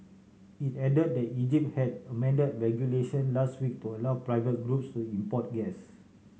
it add that the Egypt had amend regulation last week to allow private groups to import gas